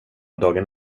dagen